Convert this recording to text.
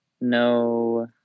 no